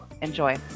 enjoy